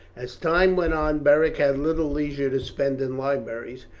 as time went on beric had little leisure to spend in libraries,